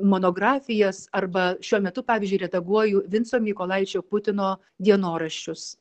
monografijas arba šiuo metu pavyzdžiui redaguoju vinco mykolaičio putino dienoraščius